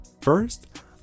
First